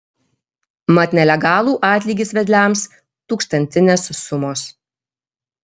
mat nelegalų atlygis vedliams tūkstantinės sumos